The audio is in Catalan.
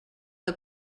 que